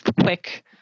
quick